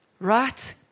right